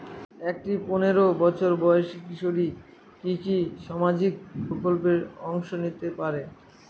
একটি পোনেরো বছর বয়সি কিশোরী কি কি সামাজিক প্রকল্পে অংশ নিতে পারে?